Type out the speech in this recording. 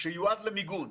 שיועד למיגון.